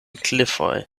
klifoj